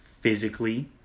physically